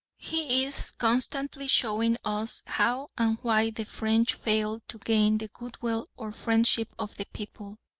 he is constantly showing us how and why the french failed to gain the goodwill or friendship of the people.